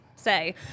Say